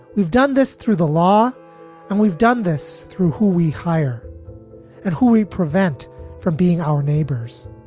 we've done this through the law and we've done this through who we hire and who we prevent from being our neighbors.